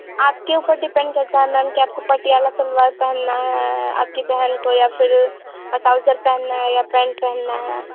आपके ऊपर डिपेंड करता है मैम कि आपको पटियाला सलवार पहनना है आपकी बहन को या फिर ट्राउज़र पहनना है या पैंट पहनना है